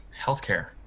healthcare